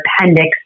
appendix